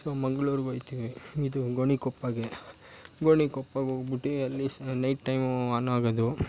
so ಮಂಗ್ಳೂರಿಗೆ ಹೋಗ್ತೀವಿ ಇದು ಗೋಣಿಕೊಪ್ಪಗೆ ಗೋಣಿಕೊಪ್ಪಗೆ ಹೋಗ್ಬಿಟ್ಟು ಅಲ್ಲಿ ನೈಟ್ ಟೈಮು ಆನ್ ಆಗೋದು